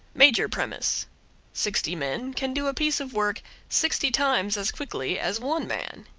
major premise sixty men can do a piece of work sixty times as quickly as one man.